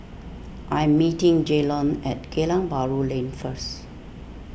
I am meeting Jaylon at Geylang Bahru Lane first